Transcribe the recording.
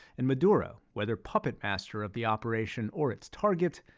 and maduro, whether puppet master of the operation or its target,